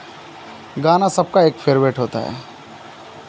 गाना सबका एक फेरवेट होता है